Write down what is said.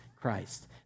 christ